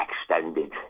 extended